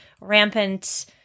rampant